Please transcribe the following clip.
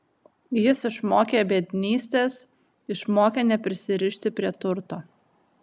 jis išmokė biednystės išmokė neprisirišti prie turto